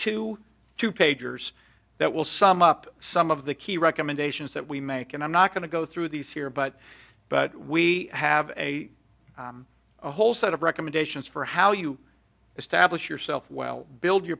two to pagers that will sum up some of the key recommendations that we make and i'm not going to go through these here but but we have a whole set of recommendations for how you establish yourself well build your